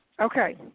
Okay